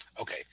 Okay